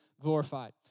glorified